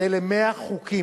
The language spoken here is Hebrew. אז אלה 100 חוקים